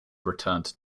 returned